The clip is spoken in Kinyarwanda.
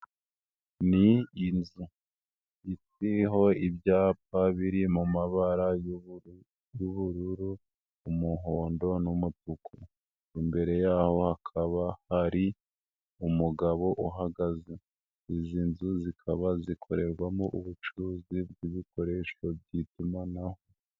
Ni inzu iriho ibyapa biri mu mabara y'uburu, umuhondo n'umutuku, imbere yaho hakaba hari umugabo uhagaze, izi nzu zikaba zikorerwamo ubucuruzi bw'ibikoresho by'itumanaho.